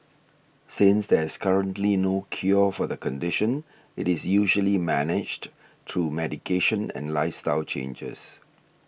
since there is currently no cure for the condition it is usually managed through medication and lifestyle changes